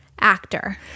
actor